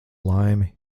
laimi